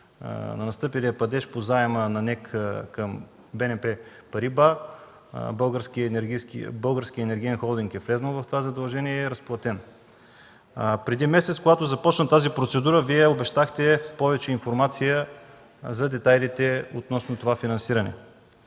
на настъпилия падеж по заема на НЕК БНП Париба, Българският енергиен холдинг е влезнал в това задължение и е разплатено. Преди месец, когато започна тази процедура, Вие обещахте повече информация за детайлите относно това финансиране.